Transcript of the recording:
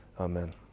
Amen